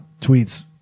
tweets